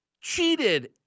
cheated